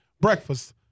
breakfast